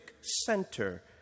center